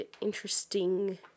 interesting